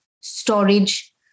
storage